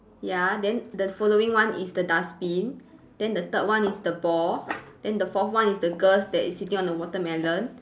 ya then the following one is the dustbin then the third one is the ball then the fourth one is the girl that is sitting on the watermelon